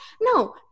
no